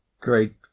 great